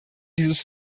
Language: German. dieses